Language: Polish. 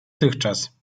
tychczas